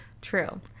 True